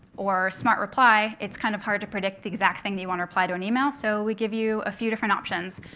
or smart reply, it's kind of hard to predict the exact thing that you want to reply to an email, so we give you a few different options,